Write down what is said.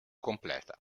completa